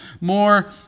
more